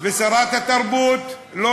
שר הדתות זה לא